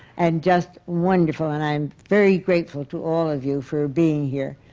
and just wonderful. and i am very grateful to all of you for being here.